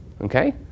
Okay